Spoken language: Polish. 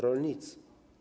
Rolnicy.